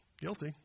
guilty